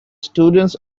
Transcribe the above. students